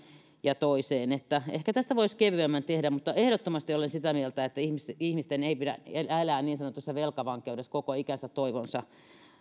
ja toiseen että ehkä tästä voisi kevyemmän tehdä mutta ehdottomasti olen sitä mieltä että ihmisten ihmisten ei pidä elää elää niin sanotussa velkavankeudessa koko ikäänsä